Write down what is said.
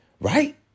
right